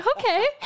okay